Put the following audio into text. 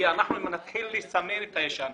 אם נתחיל לסמן את הישן,